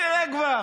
נראה כבר.